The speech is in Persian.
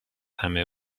همه